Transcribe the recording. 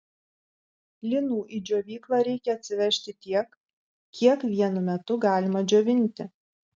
linų į džiovyklą reikia atsivežti tiek kiek vienu metu galima džiovinti